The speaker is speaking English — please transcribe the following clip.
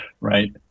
right